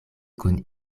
kun